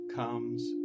comes